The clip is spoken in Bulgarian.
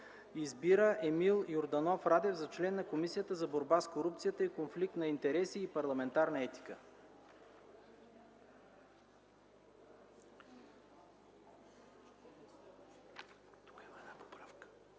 Избира Емил Йорданов Радев за член на Комисията за борба с корупцията и конфликт на интереси и парламентарна етика.” ПРЕДСЕДАТЕЛ